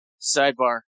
Sidebar